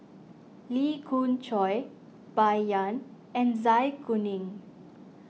Lee Khoon Choy Bai Yan and Zai Kuning